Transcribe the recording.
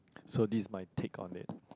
so this is my take on it